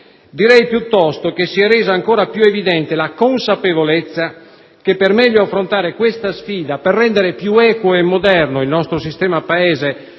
Direi, piuttosto, che si è resa ancora più evidente la consapevolezza che, per meglio affrontare questa sfida, per rendere più equo e moderno il nostro sistema Paese,